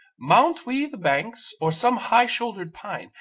mount we the bank, or some high-shouldered pine,